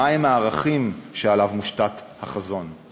מה הם הערכים שעליהם מושתת החזון?